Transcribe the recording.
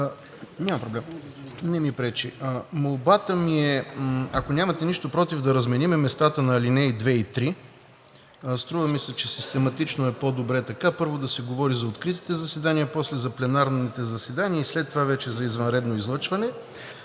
се отнесете благосклонно. Молбата ми е, ако нямате нищо против, да разменим местата на алинеи 2 и 3. Струва ми се, че систематично е по-добре така – първо да се говори за откритите заседания, после за пленарните заседания и след това вече за извънредно излъчване.